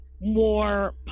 more